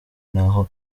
n’aho